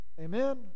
Amen